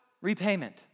repayment